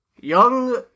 young